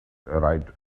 ride